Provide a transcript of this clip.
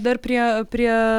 dar prie prie